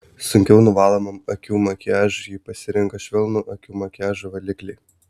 sunkiau nuvalomam akių makiažui ji pasirinko švelnų akių makiažo valiklį